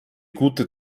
gute